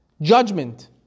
Judgment